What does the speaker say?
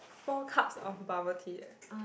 four cups of bubble tea eh